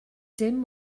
dim